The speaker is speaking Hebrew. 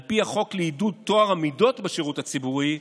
על פי החוק לעידוד טוהר המידות בשירות הציבורי,